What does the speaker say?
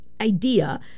idea